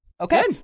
Okay